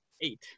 eight